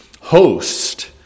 host